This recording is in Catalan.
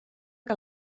que